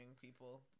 people